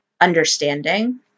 understanding